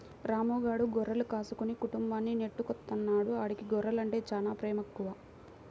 రాము గాడు గొర్రెలు కాసుకుని కుటుంబాన్ని నెట్టుకొత్తన్నాడు, ఆడికి గొర్రెలంటే చానా పేమెక్కువ